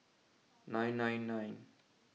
nine nine nine